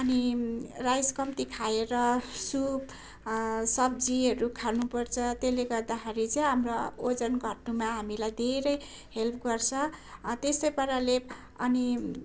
अनि राइस कम्ती खाएर सुप सब्जीहरू खानुपर्छ त्यसले गर्दाखेरि चाहिँ हाम्रो ओजन घट्नुमा हामीलाई धेरै हेल्प गर्छ त्यसै पाराले अनि